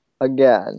again